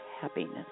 happiness